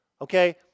Okay